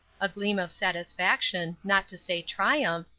a gleam of satisfaction, not to say triumph,